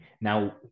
Now